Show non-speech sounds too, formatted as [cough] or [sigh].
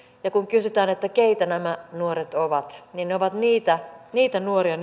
kun kysytään keitä nämä nuoret ovat niin ne ovat nimenomaan niitä nuoria [unintelligible]